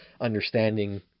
understanding